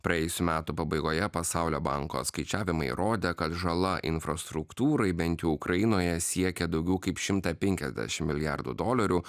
praėjusių metų pabaigoje pasaulio banko skaičiavimai rodė kad žala infrastruktūrai bent jau ukrainoje siekia daugiau kaip šimtą penkiasdešimt milijardų dolerių